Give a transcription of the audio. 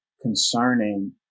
concerning